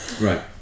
Right